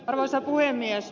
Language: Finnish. arvoisa puhemies